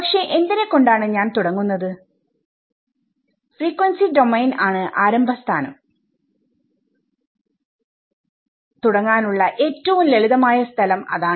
പക്ഷെ എന്തിനെ കൊണ്ടാണ് ഞാൻ തുടങ്ങുന്നത് ഫ്രീ ക്വൻസി ഡോമെയിൻ ആണ് ആരംഭ സ്ഥാനംതുടങ്ങാനുള്ള ഏറ്റവും ലളിതമായ സ്ഥലം അതാണ്